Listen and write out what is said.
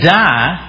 die